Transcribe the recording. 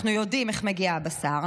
אנחנו יודעים איך מגיע הבשר,